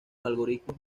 algoritmos